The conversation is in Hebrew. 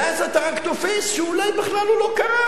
ואז אתה רק תופס שאולי בכלל הוא לא קרא